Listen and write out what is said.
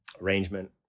arrangement